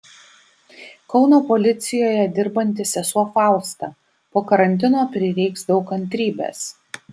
kauno policijoje dirbanti sesuo fausta po karantino prireiks daug kantrybės